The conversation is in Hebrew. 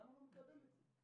למה הוא לא מקבל את זה?